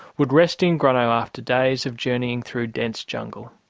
would rest in grano after days of journeying through dense jungle.